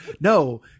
no